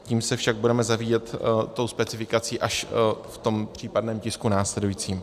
Tím se však budeme zabývat, tou specifikací, až v tom případném tisku následujícím.